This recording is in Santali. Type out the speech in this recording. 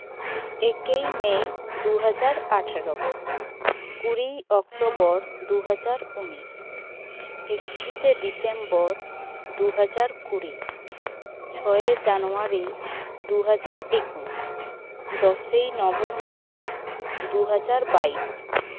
ᱮᱠᱮᱭ ᱢᱮ ᱫᱩ ᱦᱟᱡᱟᱨ ᱟᱴᱷᱟᱨᱚ ᱠᱩᱲᱤᱭ ᱚᱠᱴᱳᱵᱚᱨ ᱫᱩᱦᱟᱡᱟᱨ ᱩᱱᱤᱥ ᱮᱠᱛᱤᱨᱤᱥᱮ ᱰᱤᱥᱮᱢᱵᱚᱨ ᱫᱩ ᱦᱟᱡᱟᱨ ᱠᱩᱲᱤ ᱪᱷᱚᱭᱮ ᱡᱟᱱᱩᱣᱟᱨᱤ ᱫᱩ ᱦᱟᱡᱟᱨ ᱮᱠᱩᱥ ᱫᱚᱥᱮᱭ ᱱᱚᱵᱷᱮᱢᱵᱚᱨ ᱫᱩ ᱦᱟᱡᱟᱨ ᱵᱟᱭᱤᱥ